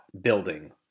building